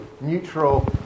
neutral